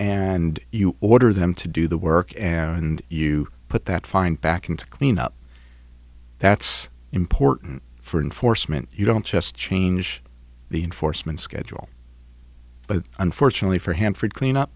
and you order them to do the work and you put that fine back in to clean up that's important for enforcement you don't just change the enforcement schedule but unfortunately for him for it clean up